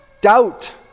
Doubt